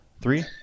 Three